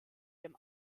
dem